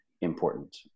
important